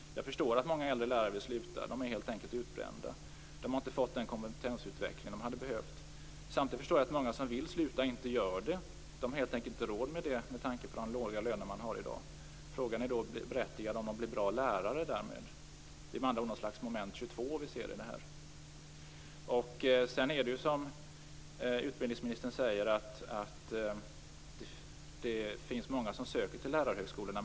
Jag förstår att många äldre lärare vill sluta. De är helt enkelt utbrända. De har inte fått den kompetensutveckling de hade behövt. Samtidigt förstår jag att många som vill sluta inte gör det. De har helt enkelt inte råd med tanke på de låga löner man har i dag. Frågan om de därmed blir bra lärare är då berättigad. Det är med andra ord något slags moment 22 vi ser här. Sedan är det ju som utbildningsministern säger, nämligen att det finns många som söker till lärarhögskolorna.